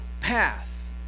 path